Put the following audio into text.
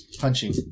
punching